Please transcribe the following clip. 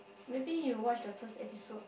maybe you watch the first episode